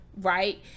Right